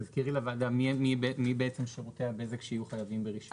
תזכירי לוועדה מי בעצם שירותי הבזק שיהיו חייבים ברישיון?